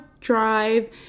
drive